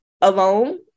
alone